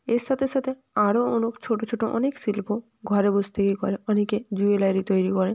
এর সাথে সাথে আরও অনক ছোটো ছোটো অনেক শিল্প ঘরে বসে থেকে করে অনেকে জুয়েলারি তৈরি করে